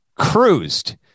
Cruised